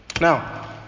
Now